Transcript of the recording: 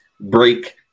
break